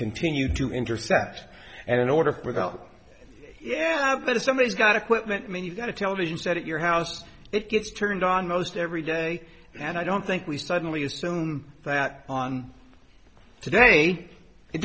continued to intercept and in order for without yeah but if somebody got equipment mean you got a television set at your house it gets turned on most every day and i don't think we suddenly assume that today it